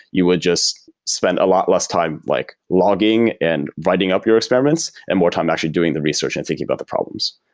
you would just spend a lot less time like logging and writing up your experiments and more time actually doing the research and thinking about the problems.